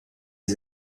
des